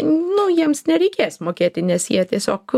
nu jiems nereikės mokėti nes jie tiesiog